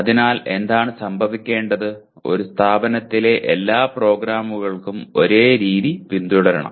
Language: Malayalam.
അതിനാൽ എന്താണ് സംഭവിക്കേണ്ടത് ഒരു സ്ഥാപനത്തിലെ എല്ലാ പ്രോഗ്രാമുകൾക്കും ഒരേ രീതി പിന്തുടരണം